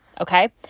Okay